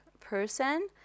person